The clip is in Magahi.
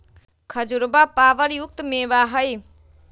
खजूरवा फाइबर युक्त मेवा हई